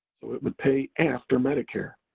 so it would pay after medicare.